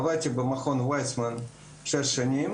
עבדתי במכון וייצמן שש שנים,